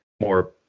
more